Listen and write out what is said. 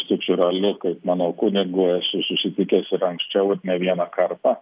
kęstučiu raliu kaip mano kunigu esu susitikęs ir anksčiau ir ne vieną kartą